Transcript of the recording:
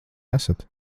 esat